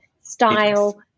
Style